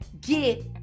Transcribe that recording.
get